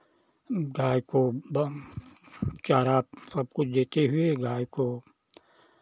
गाय को चारा सब कुछ देते हुए गाय को